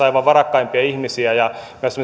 aivan varakkaimpia ihmisiä ja